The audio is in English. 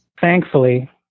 Thankfully